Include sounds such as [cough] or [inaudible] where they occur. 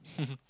[laughs]